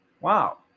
Wow